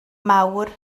mawr